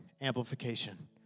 amplification